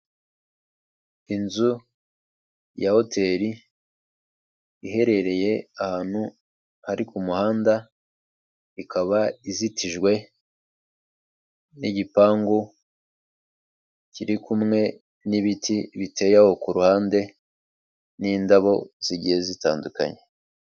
Inzu ya hoteli, iherereye ahantu hari ku muhanda, ikaba izitijwe n'igipangu kiri kumwe n'ibiti biteye aho ku ruhande, n'indabo zigiye zitandukanye.